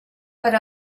per